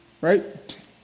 right